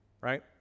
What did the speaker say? right